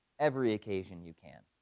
every occasion you can.